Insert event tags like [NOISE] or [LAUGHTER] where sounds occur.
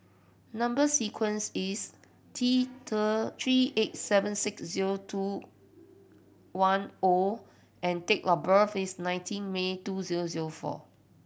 number sequence is T [UNINTELLIGIBLE] three eight seven six zero two one O and date of birth is nineteen May two zero zero four